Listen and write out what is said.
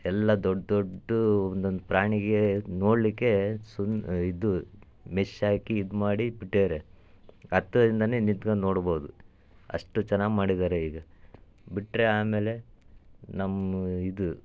ಎಲ್ಲ ದೊಡ್ಡ ದೊಡ್ಡ ಒಂದೊಂದು ಪ್ರಾಣಿಗೆ ನೋಡಲಿಕ್ಕೆ ಸುಂದ್ ಇದು ಮೆಶ್ ಹಾಕಿ ಇದು ಮಾಡಿ ಬಿಟ್ಟಿದಾರೆ ಹತ್ತಿರದಿಂದನೇ ನಿತ್ಕಂಡ್ ನೋಡ್ಬೋದು ಅಷ್ಟು ಚೆನ್ನಾಗಿ ಮಾಡಿದ್ದಾರೆ ಈಗ ಬಿಟ್ಟರೆ ಆಮೇಲೆ ನಮ್ಮ ಇದು